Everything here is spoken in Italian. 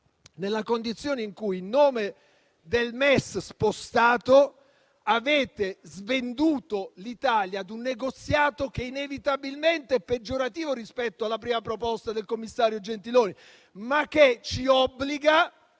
nella condizione in cui, in nome del MES spostato, avete svenduto l'Italia ad un negoziato, che, inevitabilmente, è peggiorativo rispetto alla prima proposta del commissario Gentiloni, ma che ci obbliga,